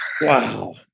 Wow